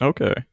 Okay